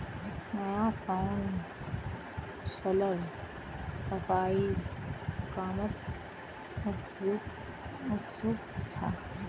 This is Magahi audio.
नया काउंसलर सफाईर कामत उत्सुक छ